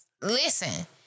Listen